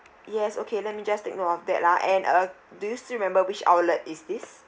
yes okay let me just take note of that ah and uh do you still remember which outlet is this